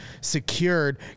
secured